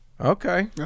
Okay